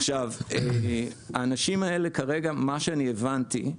עד כמה שהבנתי,